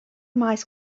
maes